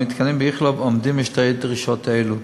המתקנים באיכילוב עומדים בשתי דרישות אלו.